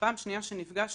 פעם שנייה כשנפגשנו,